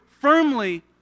firmly